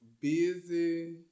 busy